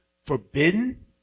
Forbidden